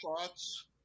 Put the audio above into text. thoughts